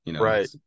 Right